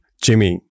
Jimmy